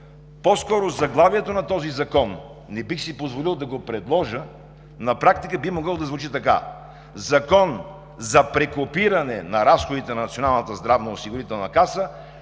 по-скоро заглавието на този закон, не бих си позволил да го предложа, но на практика би могло да звучи така: закон за прекопиране на разходите на Националната здравноосигурителна каса